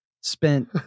spent